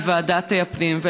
מוועדת הפנים.